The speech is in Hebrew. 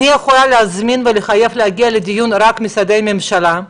אני יכולה להזמין ולחייב להגיע לדיון רק את משרדי הממשלה,